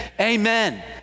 amen